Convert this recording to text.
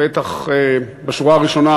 דגול, בטח בשורה הראשונה